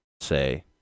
say